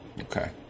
Okay